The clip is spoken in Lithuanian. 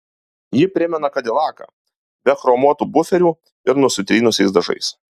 ji primena kadilaką be chromuotų buferių ir nusitrynusiais dažais